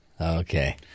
Okay